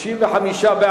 בעד, 35,